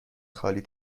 خالی